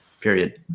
period